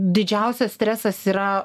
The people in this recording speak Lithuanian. didžiausias stresas yra